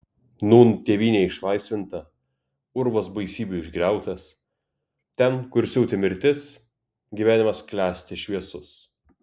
nūn tėvynė išlaisvinta urvas baisybių išgriautas ten kur siautė mirtis gyvenimas klesti šviesus